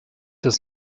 des